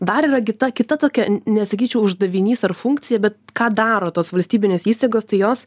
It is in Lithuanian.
dar yra kita kita tokia nesakyčiau uždavinys ar funkcija bet ką daro tos valstybinės įstaigos tai jos